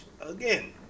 again